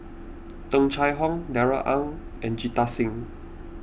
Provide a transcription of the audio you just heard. Tung Chye Hong Darrell Ang and Jita Singh